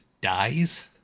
dies